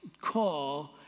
call